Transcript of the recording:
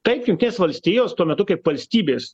taip jungtinės valstijos tuo metu kaip valstybės